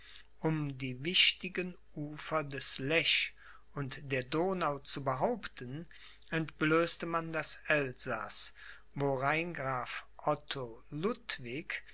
um die wichtigen ufer des lech und der donau zu behaupten entblößte man das elsaß wo rheingraf otto ludwig